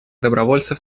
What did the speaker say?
добровольцев